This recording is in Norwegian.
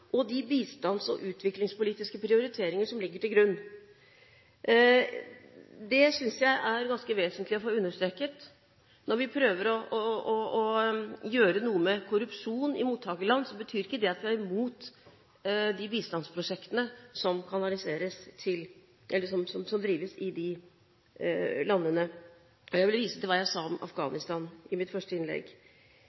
og de bistands- og utviklingspolitiske prioriteringer som ligger til grunn. Det synes jeg er ganske vesentlig å få understreket. Når vi prøver å gjøre noe med korrupsjon i mottakerland, betyr ikke det at vi er mot de bistandsprosjektene som drives i de landene. Jeg vil vise til hva jeg sa om